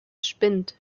spinnt